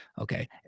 Okay